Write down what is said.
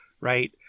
Right